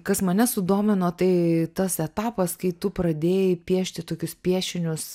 kas mane sudomino tai tas etapas kai tu pradėjai piešti tokius piešinius